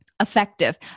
effective